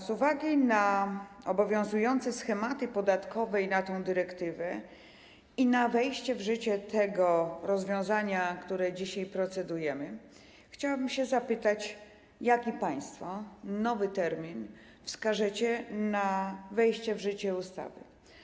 Z uwagi na obowiązujące schematy podatkowe, na tę dyrektywę i na wejście w życie tego rozwiązania, nad którym dzisiaj procedujemy, chciałabym zapytać, jaki nowy termin państwo wskażecie na wejście w życie ustawy.